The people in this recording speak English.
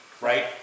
right